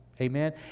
Amen